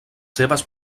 seves